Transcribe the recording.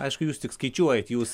aišku jūs tik skaičiuojat jūs